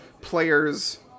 player's